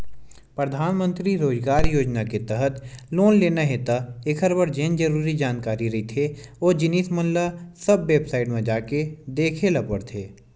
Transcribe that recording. परधानमंतरी रोजगार योजना के तहत लोन लेना हे त एखर बर जेन जरुरी जानकारी रहिथे ओ जिनिस मन ल सब बेबसाईट म जाके देख ल परथे